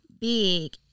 big